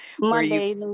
Monday